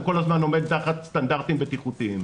כל הזמן עומד תחת סטנדרטים בטיחותיים.